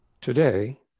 Today